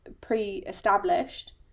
pre-established